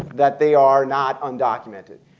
that they are not undocumented.